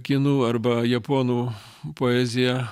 kinų arba japonų poezija